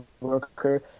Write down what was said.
worker